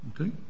Okay